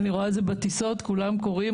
אני רואה את זה בטיסות, כולם קוראים.